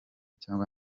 cyangwa